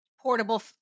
portable